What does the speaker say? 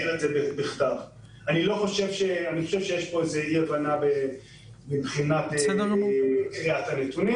אני חושב שיש פה אי הבנה מבחינת קריאת הנתונים.